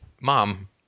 Mom